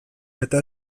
eta